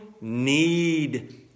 need